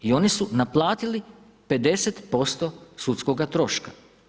I oni su naplatili 50% sudskoga troška.